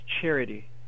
charity